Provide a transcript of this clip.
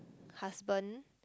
husband